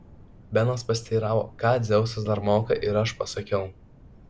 benas pasiteiravo ką dzeusas dar moka ir aš pasakiau